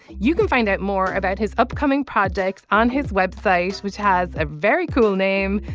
you can find out more about his upcoming project on his website which has a very cool name.